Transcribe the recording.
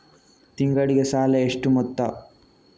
ತಿಂಗಳಿಗೆ ಸಾಲ ಎಷ್ಟು ಮೊತ್ತ?